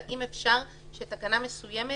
והאם אפשר להחיל תקנה מסוימת